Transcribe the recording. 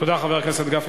תודה, חבר הכנסת גפני.